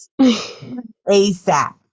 ASAP